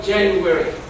January